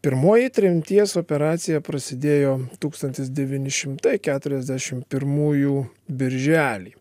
pirmoji tremties operacija prasidėjo tūkstantis devyni šimtai keturiasdešim pirmųjų birželį